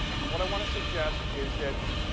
and what i want to suggest is that,